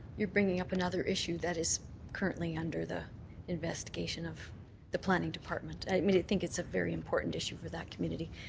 you're bringing up another issue that is currently under the investigation of the planning department. i mean think it's a very important issue for that community,